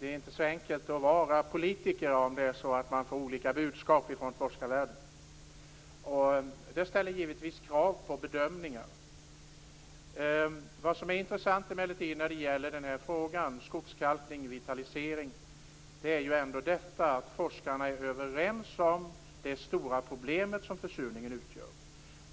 Det är inte så enkelt att vara politiker om man får olika budskap från forskarvärlden. Det ställer givetvis krav på bedömningar. Vad som emellertid är intressant när det gäller den här frågan, dvs. skogskalkning och vitalisering, är ändå detta att forskarna är överens om det stora problem som försurningen utgör.